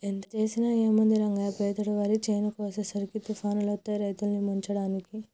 ఎంత చేసినా ఏముంది రంగయ్య పెతేడు వరి చేను కోసేసరికి తుఫానులొత్తాయి రైతుల్ని ముంచడానికి